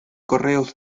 correos